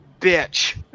bitch